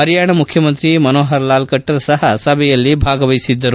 ಪರಿಯಾಣ ಮುಖ್ಯಮಂತ್ರಿ ಮನೋಪರ್ ಲಾಲ್ ಕಟ್ಟರ್ ಸಪ ಸಭೆಯಲ್ಲಿ ಭಾಗವಹಿಸಿದ್ದರು